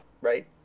Right